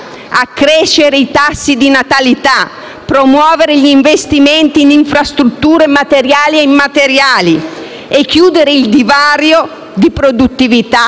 accrescere i tassi di natalità, promuovere gli investimenti in infrastrutture materiali e immateriali e chiudere il divario di produttività